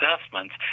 assessments